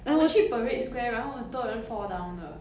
我去 parade square 然后很多人 fall down 的